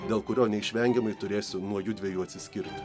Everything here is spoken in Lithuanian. dėl kurio neišvengiamai turėsiu nuo jųdviejų atsiskirt